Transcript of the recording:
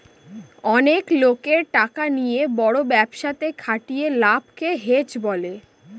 অনেক লোকের টাকা নিয়ে বড় ব্যবসাতে খাটিয়ে লাভকে হেজ বলে